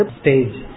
stage